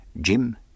Jim